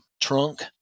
trunk